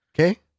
Okay